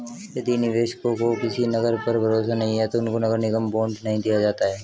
यदि निवेशकों को किसी नगर पर भरोसा नहीं है तो उनको नगर निगम बॉन्ड नहीं दिया जाता है